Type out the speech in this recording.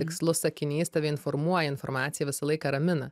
tikslus sakinys tave informuoja informacija visą laiką ramina